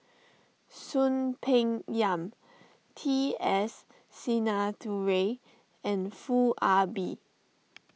Soon Peng Yam T S Sinnathuray and Foo Ah Bee